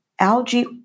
Algae